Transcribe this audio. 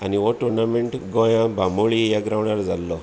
आनी हो टुर्नामेंट गोंयांत बांबोळी ह्या ग्रांवडार जाल्लो